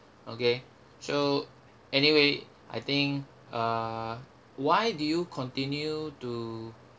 okay so anyway I think uh why do you continue to